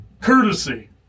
Courtesy